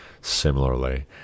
Similarly